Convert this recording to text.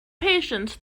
patients